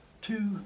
two